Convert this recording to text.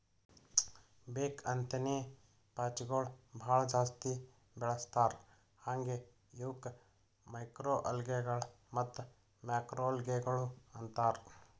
ಬೇಕ್ ಅಂತೇನೆ ಪಾಚಿಗೊಳ್ ಭಾಳ ಜಾಸ್ತಿ ಬೆಳಸ್ತಾರ್ ಹಾಂಗೆ ಇವುಕ್ ಮೈಕ್ರೊಅಲ್ಗೇಗಳ ಮತ್ತ್ ಮ್ಯಾಕ್ರೋಲ್ಗೆಗಳು ಅಂತಾರ್